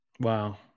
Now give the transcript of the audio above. Wow